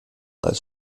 als